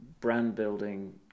brand-building